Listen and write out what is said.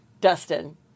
Dustin